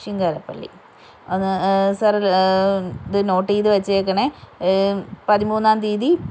ശിങ്കാരപള്ളി അത് സർ ഇത് നോട്ട് ചെയ്ത് വെച്ചേക്കണേ പതിമൂന്നാം തീയതി